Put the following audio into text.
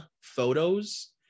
photos